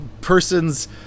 person's